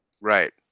right